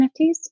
nfts